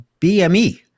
BME